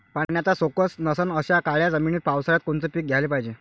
पाण्याचा सोकत नसन अशा काळ्या जमिनीत पावसाळ्यात कोनचं पीक घ्याले पायजे?